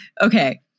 Okay